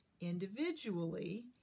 individually